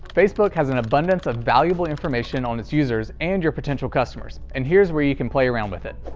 facebook has an abundance of valuable information on its users and your potential customers, and here's where you can play around with it.